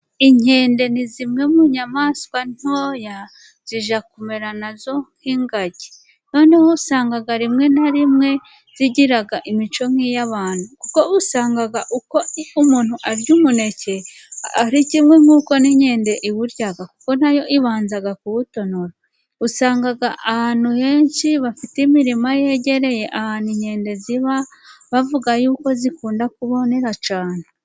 Inkende ni zimwe mu nyamaswa ntoya zijya kumera nazo nk'ingagi, noneho usanga rimwe na rimwe zigira imico nk'iy'abantu, kuko usanga uko umuntu arya umuneke, ari kimwe nk'uko n'inkende iwurya, kuko nayo ibanza kuwutonora. Usanga ahantu henshi bafite imirima yegereye ahantu inkende ziba, bavuga y'uko zikunda kubonera cyane.